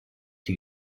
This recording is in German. die